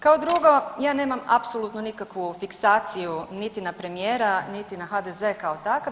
Kao drugo ja nemam apsolutno nikakvu fiksaciju niti na premijera, niti na HDZ-e kao takav.